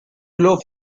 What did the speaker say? blow